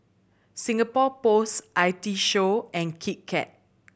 Singapore Post I T Show and Kit Kat